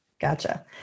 gotcha